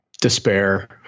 despair